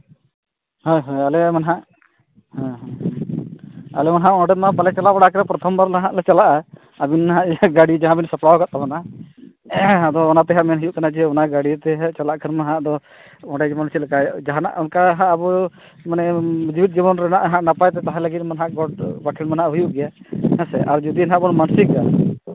ᱦᱳᱭ ᱦᱳᱭ ᱟᱞᱮᱭᱟᱜ ᱢᱟ ᱦᱟᱸᱜ ᱦᱮᱸ ᱦᱮᱸ ᱟᱞᱮᱢᱟ ᱱᱟᱦᱟᱜ ᱚᱸᱰᱮ ᱵᱟᱞᱮ ᱪᱟᱞᱟᱣ ᱵᱟᱲᱟ ᱟᱠᱟᱱᱟ ᱯᱨᱚᱛᱷᱚᱢ ᱵᱟᱨ ᱱᱟᱦᱟᱜ ᱞᱮ ᱪᱟᱞᱟᱜᱼᱟ ᱟᱹᱵᱤᱱ ᱱᱟᱦᱟᱜ ᱜᱟᱹᱲᱤ ᱡᱟᱦᱟᱸ ᱵᱤᱱ ᱥᱟᱯᱲᱟᱣ ᱟᱠᱟᱫ ᱛᱟᱵᱚᱱᱟ ᱟᱫᱚ ᱚᱱᱟᱛᱮ ᱦᱟᱸᱜ ᱢᱮᱱ ᱦᱩᱭᱩᱜ ᱠᱟᱱᱟ ᱡᱮ ᱚᱱᱟ ᱜᱟᱹᱲᱤᱛᱮ ᱪᱟᱞᱟᱜ ᱠᱷᱟᱱᱢᱟ ᱟᱫᱚ ᱚᱸᱰᱮ ᱜᱮᱵᱚᱱ ᱪᱮᱫᱭᱟ ᱡᱟᱦᱟᱱᱟᱜ ᱚᱱᱠᱟ ᱦᱟᱜ ᱟᱵᱚ ᱢᱟᱱᱮ ᱡᱤᱣᱮᱫ ᱡᱤᱵᱚᱱ ᱨᱮᱱᱟᱜ ᱦᱟᱸᱜ ᱱᱟᱯᱟᱭᱛᱮ ᱛᱟᱦᱮᱱ ᱞᱟᱹᱜᱤᱫᱢᱟ ᱱᱟᱦᱟᱜ ᱜᱚᱸᱰ ᱵᱟᱠᱷᱮᱲ ᱢᱟᱱᱟᱣ ᱦᱩᱭᱩᱜ ᱜᱮᱭᱟ ᱦᱮᱸ ᱥᱮ ᱟᱨ ᱡᱩᱫᱤ ᱱᱟᱦᱟᱜ ᱵᱚᱱ ᱢᱟᱹᱱᱥᱤᱠᱟ